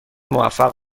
موفق